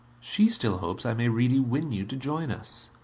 she still hopes i may really win you to join us,